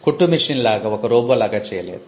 కుట్టు మెషిన్ లాగా ఒక రోబో లాగా చేయలేదు